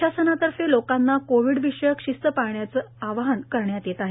प्रशासनातर्फे लोकांना कोविड विषयक शिस्त पाळण्याचे वाहन करण्यात येत आहे